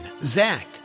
Zach